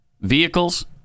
vehicles